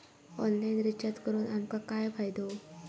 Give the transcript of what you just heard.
Online recharge करून आमका काय फायदो?